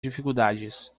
dificuldades